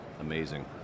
Amazing